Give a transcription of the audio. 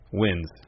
wins